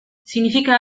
significa